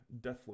Deathloop